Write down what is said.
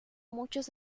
muchos